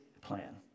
plan